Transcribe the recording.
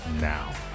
now